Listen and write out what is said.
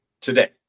today